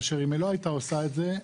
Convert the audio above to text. כאשר אם היא לא הייתה עושה את זה,